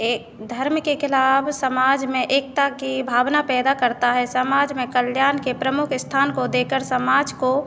ए धर्म के खिलाफ़ समाज में एकता की भावना पैदा करता है समाज में कल्याण के प्रमुख स्थान को देकर समाज को